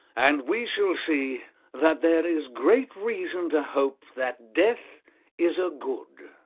and we shall see that there is great reason to hope that death is a good